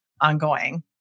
ongoing